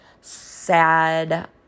SAD